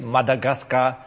Madagascar